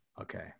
Okay